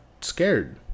scared